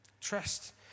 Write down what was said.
trust